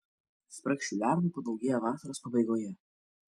spragšių lervų padaugėja vasaros pabaigoje